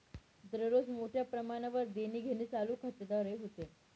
दररोज मोठ्या प्रमाणावर देणीघेणी चालू खात्याद्वारे होते